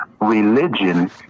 religion